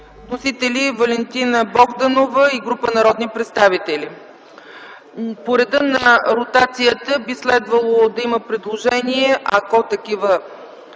Валентина Богданова и група народни представители. По реда на ротацията би следвало да има предложения, ако такива